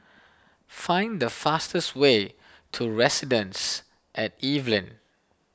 find the fastest way to Residences at Evelyn